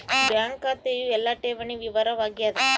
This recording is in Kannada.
ಬ್ಯಾಂಕ್ ಖಾತೆಯು ಎಲ್ಲ ಠೇವಣಿ ವಿವರ ವಾಗ್ಯಾದ